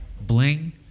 Bling